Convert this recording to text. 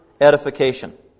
edification